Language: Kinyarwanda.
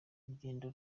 urugendo